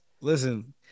Listen